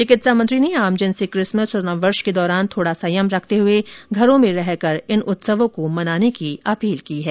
चिकित्सा मंत्री ने आमजन से क्रिसमस और नववर्ष के दौरान थोड़ा संयम रखते हुए घरों में रहकर इन उत्सवों को मनाने की अपील की है